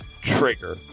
trigger